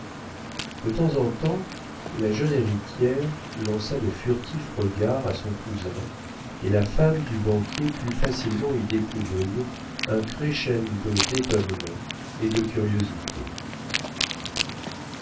de temps en temps la jeune héritière lança de furtifs regards à son cousin et la femme du banquier put facilement y découvrir un crescendo d'étonnement ou de curiosité